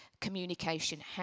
communication